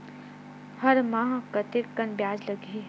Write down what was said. हर माह कतेकन ब्याज लगही?